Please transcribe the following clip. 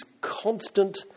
constant